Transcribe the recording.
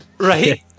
Right